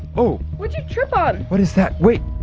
oh what'd you trip on? what is that? wait!